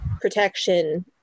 protection